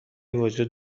وجود